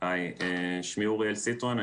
שמי אוריאל סיטרואן.